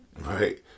right